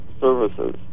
services